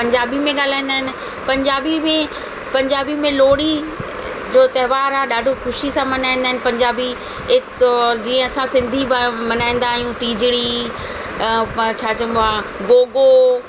पंजाबी में ॻाल्हाईंदा आहिनि पंजाबी बि पंजाबी में लोहिड़ी जो त्योहार आहे ॾाढो ख़ुशी सां मल्हाईंदा आहिनि पंजाबी हितां जीअं असां सिंधी मल्हाईंदा आहियूं तीजिड़ी पोइ छा चइबो आहे गो गो